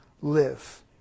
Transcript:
live